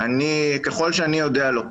ככל שאני יודע לא.